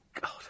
God